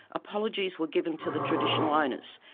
apologies were given to the traditional owners,